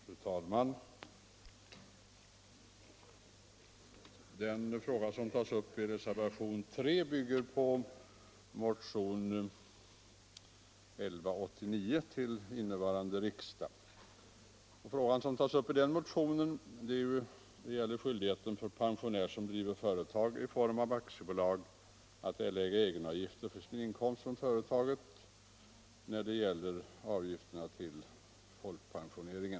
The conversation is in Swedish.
Fru talman! Den fråga som tas upp i reservationen 3 bygger på motionen 1189 till innevarande riksmöte. Frågan gäller skyldighet för pensionärer som driver företag i form av aktiebolag att erlägga socialförsäkringsavgift till folkpensioneringen för sin inkomst från företaget.